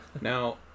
Now